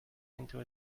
into